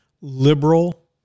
liberal